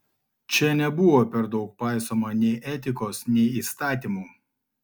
čia nebuvo per daug paisoma nei etikos nei įstatymų